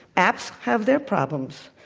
apps have their problems,